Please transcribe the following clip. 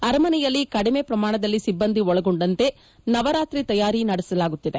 ಅರಮನೆಯಲ್ಲಿ ಕಡಿಮೆ ಪ್ರಮಾಣದಲ್ಲಿ ಸಿಬ್ಬಂದಿಗಳನ್ನು ಒಳಗೊಡಂತೆ ನವರಾತ್ರಿ ತಯಾರಿ ನಡೆಸಲಾಗುತ್ತಿದೆ